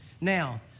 now